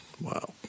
Wow